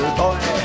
boy